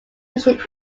mission